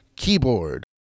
keyboard